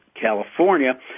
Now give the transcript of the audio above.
California